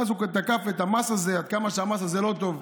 ואז הוא תקף את המס הזה, עד כמה שהמס הזה לא טוב.